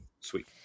sweet